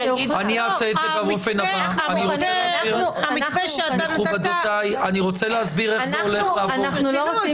המתווה שאתה נתת -- אנחנו לא רוצים